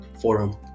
Forum